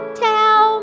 tell